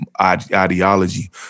ideology